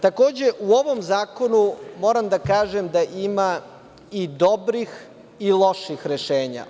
Takođe, u ovom zakonu moram da kažem da ima i dobrih i loših rešenja.